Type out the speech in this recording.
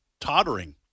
tottering